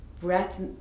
breath